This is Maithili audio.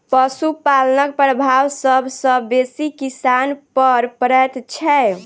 पशुपालनक प्रभाव सभ सॅ बेसी किसान पर पड़ैत छै